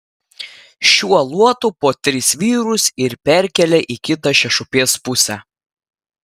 šiuo luotu po tris vyrus ir perkelia į kitą šešupės pusę